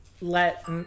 let